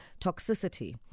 toxicity